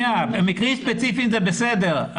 מקרים ספציפיים, זה בסדר.